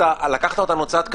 לקחת אותנו צעד קדימה.